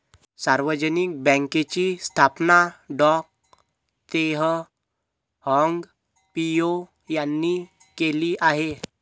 सार्वजनिक बँकेची स्थापना डॉ तेह हाँग पिओ यांनी केली आहे